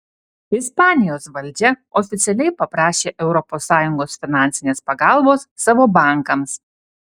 ispanijos valdžia oficialiai paprašė europos sąjungos finansinės pagalbos savo bankams